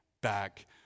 back